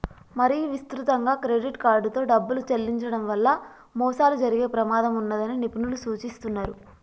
మరీ విస్తృతంగా క్రెడిట్ కార్డుతో డబ్బులు చెల్లించడం వల్ల మోసాలు జరిగే ప్రమాదం ఉన్నదని నిపుణులు సూచిస్తున్నరు